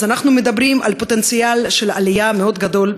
אז אנחנו מדברים על פוטנציאל גדול מאוד של עלייה מצרפת,